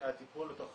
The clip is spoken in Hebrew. הטיפול הוא תוך